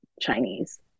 Chinese